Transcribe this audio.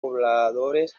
pobladores